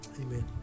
Amen